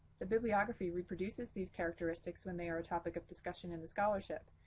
the bibliography reproduces these characteristics when they are a topic of discussion in the scholarship,